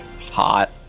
Hot